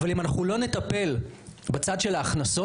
אבל אם אנחנו לא נטפל בצד של ההכנסות,